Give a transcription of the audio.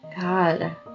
God